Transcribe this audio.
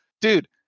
dude